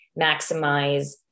maximize